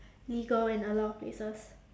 legal in a lot of places